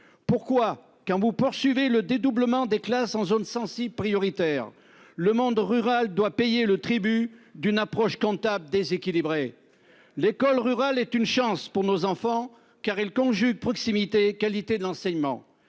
Pourquoi, alors que vous poursuivez le dédoublement des classes en zone sensible prioritaire, le monde rural devrait-il payer le tribut d'une approche comptable déséquilibrée ? L'école rurale est une chance pour nos enfants, car elle conjugue proximité et qualité de l'enseignement.